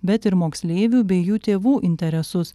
bet ir moksleivių bei jų tėvų interesus